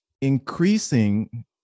increasing